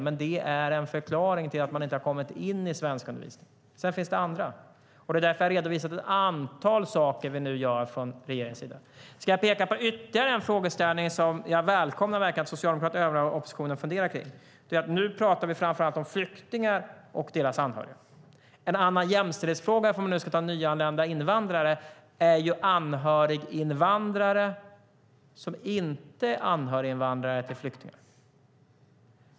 Men detta är en förklaring till att man inte har kommit in i svenskundervisningen. Sedan finns det andra. Det är därför som jag har redovisat ett antal saker som vi nu gör från regeringens sida. Jag ska peka på ytterligare en frågeställning som jag välkomnar att Socialdemokraterna och den övriga oppositionen funderar på. Nu talar vi framför allt om flyktingar och deras anhöriga. En annan jämställdhetsfråga, om vi nu ska tala om nyanlända invandrare, gäller anhöriginvandrare som inte är anhöriga till flyktingar.